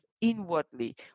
inwardly